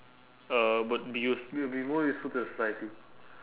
uh would be used will be more useful to the society